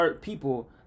people